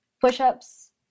push-ups